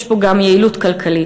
יש פה גם יעילות כלכלית.